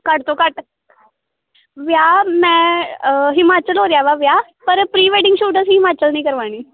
ਘੱਟ ਤੋਂ ਘੱਟ ਵਿਆਹ ਮੈਂ ਹਿਮਾਚਲ ਹੋ ਰਿਹਾ ਵਾ ਵਿਆਹ ਪਰ ਪ੍ਰੀ ਵੈਡਿੰਗ ਸ਼ੂਟ ਅਸੀਂ ਹਿਮਾਚਲ ਨਹੀਂ ਕਰਵਾਉਣੀ